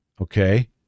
okay